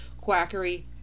quackery